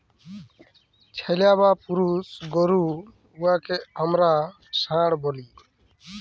ছেইল্যা বা পুরুষ গরু উয়াকে আমরা ষাঁড় ব্যলি